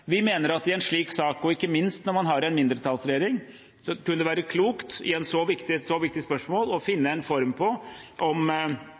Vi mener at i en slik sak, og ikke minst når man har en mindretallsregjering, kunne det være klokt, i et så viktig spørsmål, å